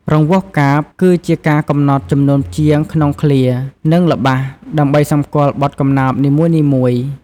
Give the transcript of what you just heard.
រង្វាស់កាព្យ គឺជាការកំណត់ចំនួនព្យាង្គក្នុងឃ្លា និងល្បះ ដើម្បីសម្គាល់បទកំណាព្យនីមួយៗ។